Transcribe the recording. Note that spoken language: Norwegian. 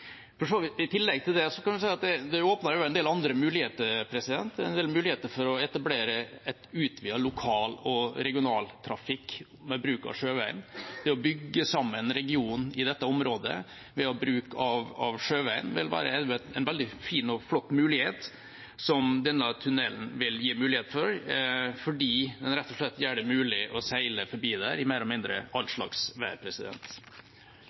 I tillegg til det kan man si at det åpner for en del andre muligheter – mulighet for å etablere utvidet lokal- og regionaltrafikk ved bruk av sjøveien. Å bygge sammen regionen i dette området ved bruk av sjøveien og denne tunnelen vil gi en veldig fin og flott mulighet, fordi det rett og slett blir mulig å seile forbi der i mer eller mindre all slags vær.